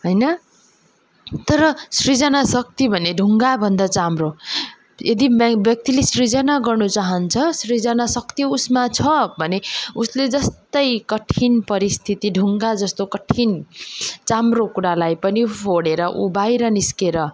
होइन तर सृजना शक्ति भने ढुङ्गा भन्दा चाहिँ हाम्रो यदि व्यक्तिले सृजना गर्नु चाहन्छ सृजना शक्ति उसमा छ भने उसले जस्तै कठिन परिस्थिति ढुङ्गा जस्तो कठिन चाम्रो कुरालाई पनि फोडेर ऊ बाहिर निस्केर